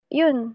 yun